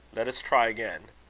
let us try again.